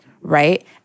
right